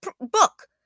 Book